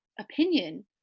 opinion